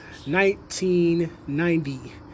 1990